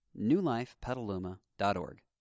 newlifepetaluma.org